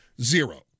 Zero